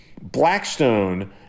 Blackstone